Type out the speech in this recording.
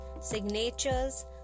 signatures